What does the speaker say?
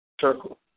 circle